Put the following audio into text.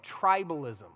tribalism